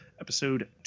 episode